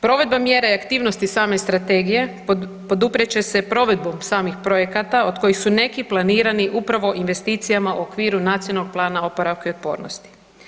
Provedba mjera i aktivnosti same strategije poduprijet će se provedbom samih projekata od kojih su neki planirani upravo investicijama u okviru Nacionalnog plana oporavka i otpornosti.